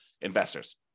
investors